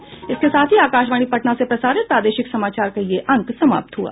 इसके साथ ही आकाशवाणी पटना से प्रसारित प्रादेशिक समाचार का ये अंक समाप्त हुआ